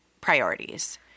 priorities